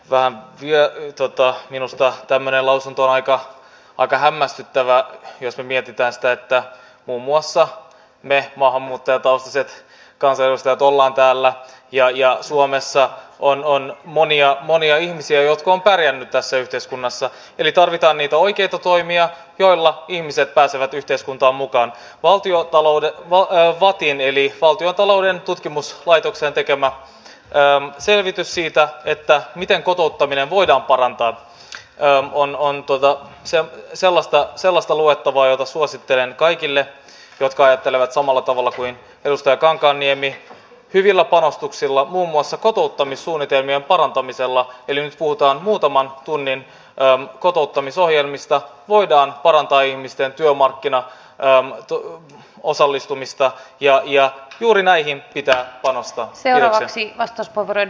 gambiaytota minusta tämmöinen lausuntoaika aika hämmästyttävää jos mietitään sitä että mummuassa ne maahanmuuttajatausta sekatöistä tullaan täällä ja ajaa suomessa huonoon monia monia ihmisiä jotka on pärjännyt tässä yhteiskunnassa eli tarvitaan niitä oikeita toimia joilla ihmiset pääsevät yhteiskuntaan mukaan valtiotalouden vakaa ja vaatien eli valtiontalouden tutkimuslaitoksen tekemä selvitys siitä että miten kotouttaminen voidaan parantaa huonontuuko se on sellasta selostaluettavaa jota suosittelen kaikille jotka ajattelevat samalla tavalla kuin edustaja kankaanniemi hyvillä panostuksilla muun muassa kotouttamissuunnitelmien parantamisella eli puuta on muutaman tunnin kotouttamisohjelmista voidaan parantaa ihmisten työmarkkinat raamattuun osallistumista jälkiä juuri näihin pitää panostaa ja siksi että powered